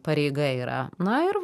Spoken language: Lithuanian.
pareiga yra na ir